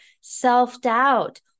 self-doubt